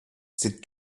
c’est